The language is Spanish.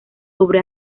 sobre